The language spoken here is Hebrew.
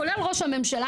כולל ראש הממשלה,